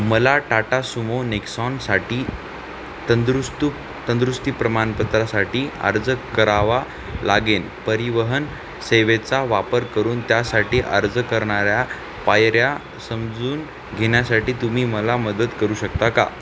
मला टाटा सुमो नेक्सॉनसाठी तंदुरुस्तूक तंदुरुस्ती प्रमाणपत्रासाठी अर्ज करावा लागेन परिवहन सेवेचा वापर करून त्यासाठी अर्ज करण्याच्या पायऱ्या समजून घेण्यासाठी तुम्ही मला मदत करू शकता का